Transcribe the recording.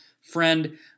friend